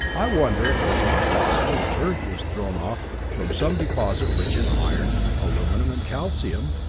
i wonder if it is not possible that earth was thrown off from some deposit rich in iron, aluminum and calcium,